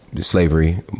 slavery